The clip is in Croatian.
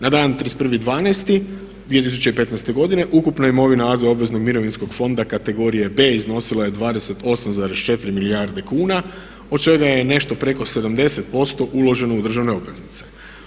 Na dan 31.12.2015. godine ukupna imovina AZ obveznog mirovinskog fonda kategorije B iznosila je 28,4 milijarde kuna od čega je nešto preko 70% uloženog u državne obveznice.